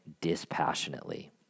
dispassionately